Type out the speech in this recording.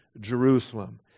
Jerusalem